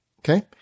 okay